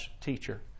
teacher